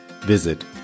visit